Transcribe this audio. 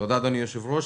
תודה אדוני היושב-ראש.